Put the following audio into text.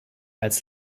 als